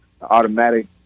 automatic